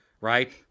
right